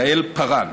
יעל פארן.